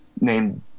named